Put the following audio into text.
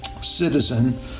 citizen